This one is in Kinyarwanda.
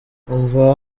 umva